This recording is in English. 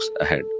ahead